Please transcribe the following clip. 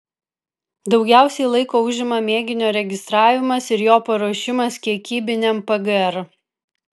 daugiausiai laiko užima mėginio registravimas ir jo paruošimas kiekybiniam pgr